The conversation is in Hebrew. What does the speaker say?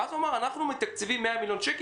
ואז הוא אמר: אנחנו מתקצבים 100 מיליון שקל